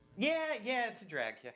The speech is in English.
yeah, yeah. it's a drag, yeah